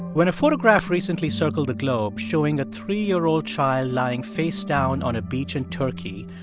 when a photograph recently circled the globe showing a three year old child lying face down on a beach in turkey,